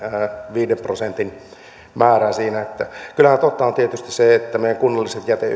viiden prosentin määrästä siinä kyllähän totta on tietysti se että meidän kunnalliset jäteyhtiöt